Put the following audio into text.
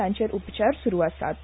तांचेर उपचार स्रू आसात